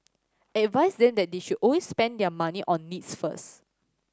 advise them that they should always spend their money on needs first